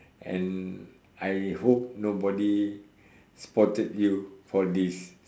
and I hope nobody spotted you for this